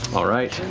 all right.